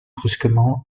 brusquement